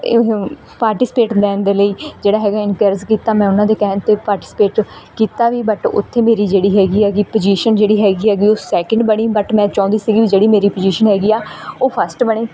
ਇਹ ਪਾਰਟੀਸਪੇਟ ਲੈਣ ਦੇ ਲਈ ਜਿਹੜਾ ਹੈਗਾ ਇੰਕਰਜ ਕੀਤਾ ਮੈਂ ਉਹਨਾਂ ਦੇ ਕਹਿਣ 'ਤੇ ਪਾਰਟੀਸਪੇਟ ਕੀਤਾ ਵੀ ਬੱਟ ਉੱਥੇ ਮੇਰੀ ਜਿਹੜੀ ਹੈਗੀ ਐਗੀ ਪਜੀਸ਼ਨ ਜਿਹੜੀ ਹੈਗੀ ਐਗੀ ਉਹ ਸੈਕਿੰਡ ਬਣੀ ਬੱਟ ਮੈਂ ਚਾਹੁੰਦੀ ਸੀਗੀ ਵੀ ਜਿਹੜੀ ਮੇਰੀ ਪਜੀਸ਼ਨ ਹੈਗੀ ਆ ਉਹ ਫਸਟ ਬਣੇ